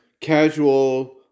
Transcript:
casual